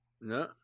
no